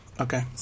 Okay